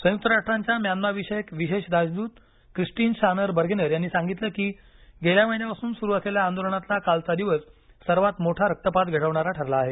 संयुक्त राष्ट्रांच्या म्यानमाविषयक विशेष राजदूत क्रिस्टीन श्रानर बर्गेनर यांनी सांगितलं की गेल्या महिन्यापासून सुरु असलेल्या आंदोलनातला कालचा दिवस सर्वात मोठा रक्तपात घडवणारा ठरला आहे